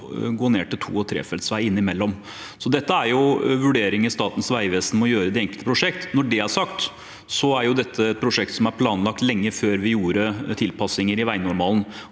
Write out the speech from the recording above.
å gå ned til to- og trefeltsvei innimellom. Dette er vurderinger Statens vegvesen må foreta i de enkelte prosjektene. Når det er sagt, er dette et prosjekt som er planlagt lenge før vi gjorde tilpasninger i veinormalene.